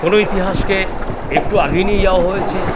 কোনও ইতিহাসকে একটু এগিয়ে নিয়ে যাওয়া হয়েছে